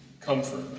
comfort